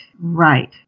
Right